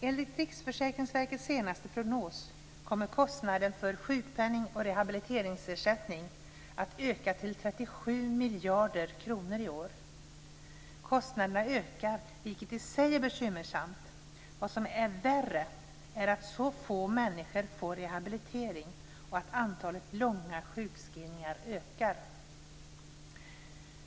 Enligt Riksförsäkringsverkets senaste prognos kommer kostnaden för sjukpenning och rehabiliteringsersättning att öka till 37 miljarder kronor i år. Kostnaderna ökar, vilket i sig är bekymmersamt. Vad som är värre är att så få människor får rehabilitering och att antalet långa sjukskrivningar ökar.